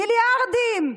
מיליארדים,